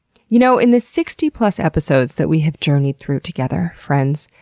you know, in the sixty plus episodes that we have journeyed through together, friends,